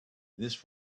this